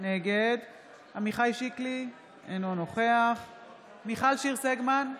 נגד עמיחי שיקלי, אינו נוכח מיכל שיר סגמן,